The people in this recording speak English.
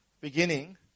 beginning